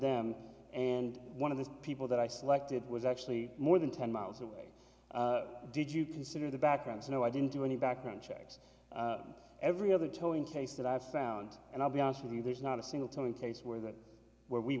them and one of the people that i selected was actually more than ten miles away did you consider the backgrounds no i didn't do any background checks every other towing case that i found and i'll be honest with you there's not a single telling case where that where we